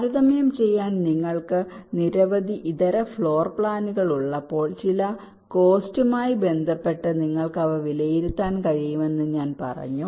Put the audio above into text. താരതമ്യം ചെയ്യാൻ നിങ്ങൾക്ക് നിരവധി ഇതര ഫ്ലോർ പ്ലാനുകൾ ഉള്ളപ്പോൾ ചില കോസ്റ്റുമായി ബന്ധപ്പെട്ട് നിങ്ങൾക്ക് അവ വിലയിരുത്താൻ കഴിയുമെന്ന് ഞാൻ പറഞ്ഞു